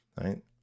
Right